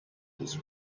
was